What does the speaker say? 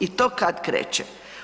I to kad kreće?